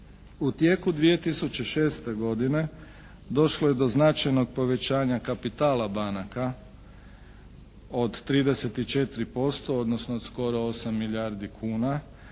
U tijeku 2006. godine došlo je do značajnog povećanja kapitala banka od 34% odnosno skoro 8 milijardi kuna.